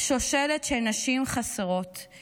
שושלת של נשים חסרות /